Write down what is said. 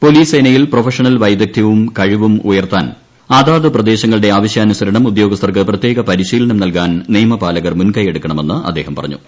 police സേനയിൽ വൈദഗ്ധ്യവും കഴിവും ഉയർത്താൻ അതാത് പ്രൊഫഷണൽ പ്രദേശങ്ങളുടെ ആവശ്യാനുസരണം ഉദ്യോഗസ്ഥർക്ക് പ്രത്യേക പരിശീലനം നൽകാൻ നിയമപാലകർ മ്മുൻകൈയെടുക്കണമെന്ന് അദ്ദേഹം പറഞ്ഞു